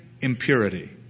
impurity